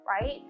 right